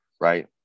right